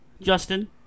Justin